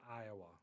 Iowa